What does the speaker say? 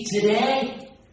Today